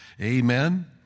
Amen